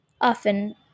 Often